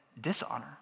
dishonor